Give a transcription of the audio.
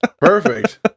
perfect